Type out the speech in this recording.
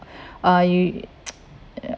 uh you